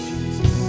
Jesus